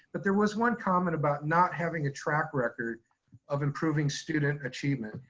but there was one comment about not having a track record of improving student achievement.